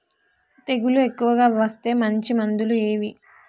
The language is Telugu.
తెగులు ఎక్కువగా వస్తే మంచి మందులు ఏవి?